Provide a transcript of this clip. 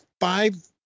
five